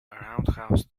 roundhouse